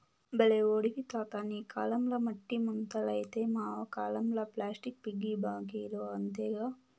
బల్లే ఓడివి తాతా నీ కాలంల మట్టి ముంతలైతే మా కాలంల ప్లాస్టిక్ పిగ్గీ బాంకీలు అంతేగా